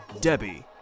Debbie